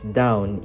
down